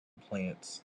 plants